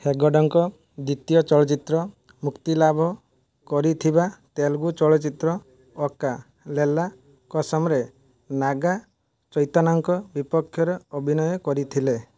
ହେଗଡ଼େଙ୍କ ଦ୍ୱିତୀୟ ଚଳଚ୍ଚିତ୍ର ମୁକ୍ତିଲାଭ କରିଥିବା ତେଲୁଗୁ ଚଳଚ୍ଚିତ୍ର ଓକା ଲୈଲା କସମରେ ନାଗା ଚୈତନ୍ୟଙ୍କ ବିପକ୍ଷରେ ଅଭିନୟ କରିଥିଲେ